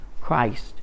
Christ